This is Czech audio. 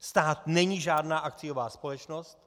Stát není žádná akciová společnost.